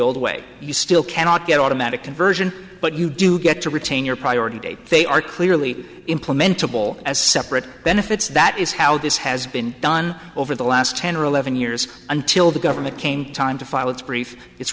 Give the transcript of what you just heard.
old way you still cannot get automatic conversion but you do get to retain your priority date they are clearly implementable as separate benefits that is how this has been done over the last ten or eleven years until the government came time to